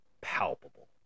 palpable